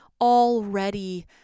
already